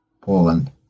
Poland